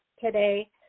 today